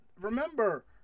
remember